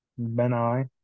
Benai